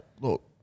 Look